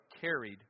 carried